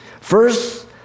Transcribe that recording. First